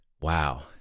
wow